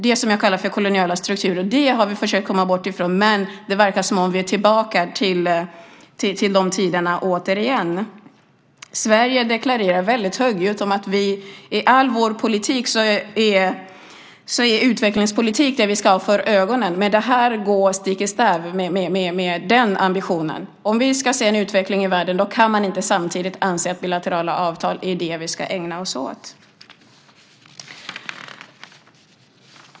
Det som jag kallar för koloniala strukturer har jag försökt komma bort från, men det verkar som om vi är tillbaka i de tiderna återigen. Sverige deklarerar väldigt högljutt att i all vår politik är det utvecklingspolitik vi ska ha för ögonen, men det här går stick i stäv med den ambitionen. Om vi ska se en utveckling i världen kan man inte samtidigt anse att bilaterala avtal är det vi ska ägna oss åt.